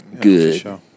good